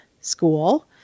school